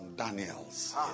Daniels